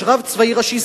יש רב צבאי ראשי,